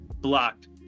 blocked